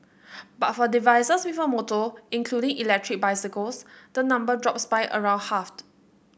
but for devices with a motor including electric bicycles the number drops by around half